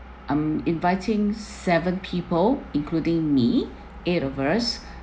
I'm inviting seven people including me eight of us